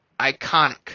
iconic